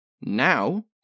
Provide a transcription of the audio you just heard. Now